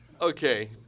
Okay